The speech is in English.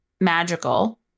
magical